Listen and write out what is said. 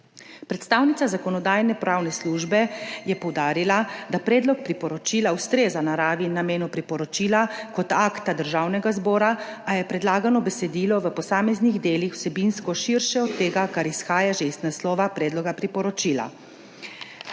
(NB) – 12.20 (Nadaljevanje) je poudarila, da predlog priporočila ustreza naravi in namenu priporočila kot akta Državnega zbora, a je predlagano besedilo v posameznih delih vsebinsko širše od tega, kar izhaja že iz naslova predloga priporočila.